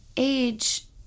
age